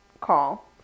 call